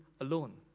alone